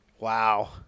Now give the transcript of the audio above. Wow